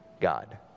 God